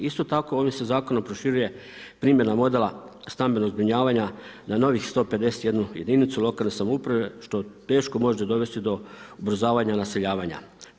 Isto tako ovim se zakonom proširuje primjena modela stambenog zbrinjavanja na novih 151 jedinicu lokalne samouprave što teško može dovesti do ubrzavanja naseljavanja.